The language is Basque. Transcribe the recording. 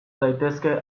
daitezke